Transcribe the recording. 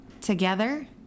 together